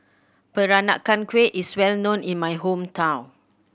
Peranakan Kueh is well known in my hometown